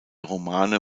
romane